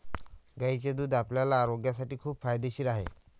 गायीचे दूध आपल्या आरोग्यासाठी खूप फायदेशीर आहे